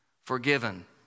forgiven